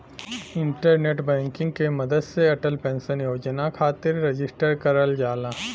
internet banking के मदद से अटल पेंशन योजना खातिर रजिस्टर करल जाला